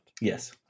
Yes